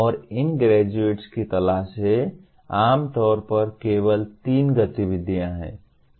और इन ग्रेजुएट्स की तलाश है मोटे तौर पर केवल तीन गतिविधियां हैं